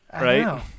right